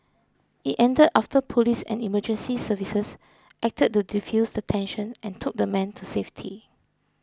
it ended after police and emergency services acted to defuse the tension and took the man to safety